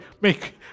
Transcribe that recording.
make